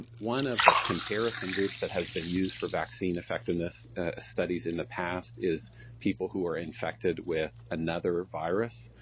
one of the comparison groups that has been used for vaccine effectiveness studies in the past is people who are infected with another virus.